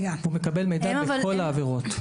הוא מקבל מידע על כל העבירות.